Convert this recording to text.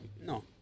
No